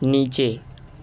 નીચે